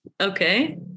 Okay